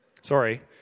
Sorry